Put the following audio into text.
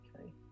okay